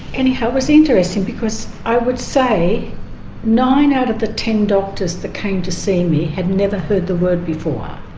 anyhow, it was interesting because i would say nine out of the ten doctors that came to see me had never heard the word before.